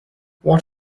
what